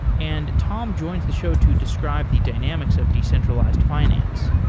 and tom joins the show to describe the dynamics of decentralized finance.